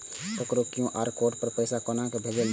ककरो QR code पर पैसा कोना भेजल जेतै?